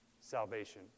salvation